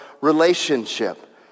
relationship